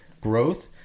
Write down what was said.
growth